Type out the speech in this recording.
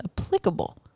applicable